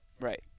Right